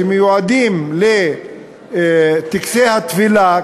שמיועדים לטקסי הטבילה,